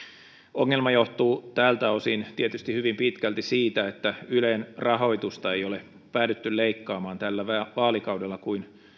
ongelma johtuu tältä osin tietysti hyvin pitkälti siitä että ylen rahoitusta ei ole päädytty leikkaamaan tällä vaalikaudella kuin